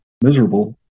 miserable